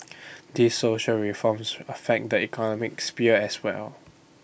these social reforms affect the economic sphere as well